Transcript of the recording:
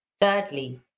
Thirdly